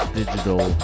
digital